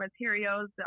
materials